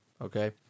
Okay